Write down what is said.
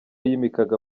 yimikaga